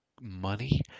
money